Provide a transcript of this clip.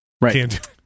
Right